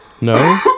No